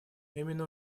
именно